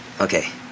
Okay